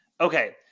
Okay